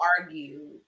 argue